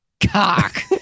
cock